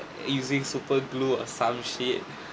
using super glue or some shit